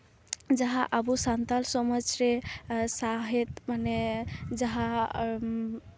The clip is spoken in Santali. ᱡᱟᱦᱟᱸ ᱟᱵᱚ ᱥᱟᱱᱛᱟᱞ ᱥᱚᱢᱟᱡᱽ ᱨᱮ ᱥᱟᱶᱦᱮᱫ ᱢᱟᱱᱮ ᱡᱟᱦᱟᱸ